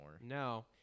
No